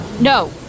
No